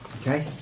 Okay